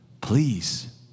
Please